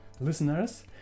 listeners